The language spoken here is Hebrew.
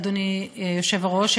אדוני היושב-ראש,